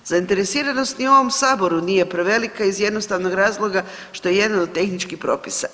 Zainteresiranost ni u ovom saboru nije prevelika iz jednostavnog razloga što je jedan od tehničkih propisa.